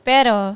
Pero